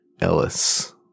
Ellis